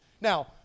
Now